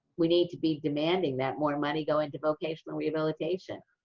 we need to be demanding that more money go into vocational rehabilitation.